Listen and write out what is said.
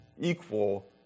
equal